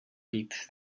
být